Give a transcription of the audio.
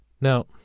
Now